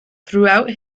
throughout